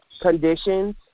conditions